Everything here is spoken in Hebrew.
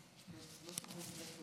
לא יודע איך לקרוא לזה,